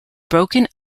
broken